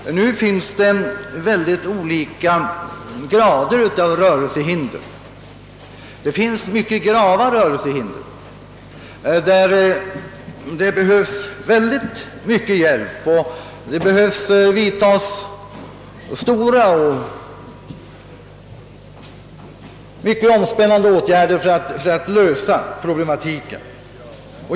Och det finns många olika grader av rörelsehinder. En del personer är mycket gravt rörelsehindrade och «behöver mycken hjälp, och för dem måste man vidta mycket stora och vittgående åtgärder för att lösa problemen.